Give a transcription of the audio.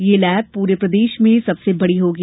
यह लैब प्ररे प्रदेश में सबसे बड़ी होगी